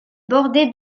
bordé